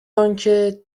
آنکه